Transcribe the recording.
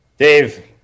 Dave